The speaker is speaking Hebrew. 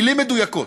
מילים מדויקות,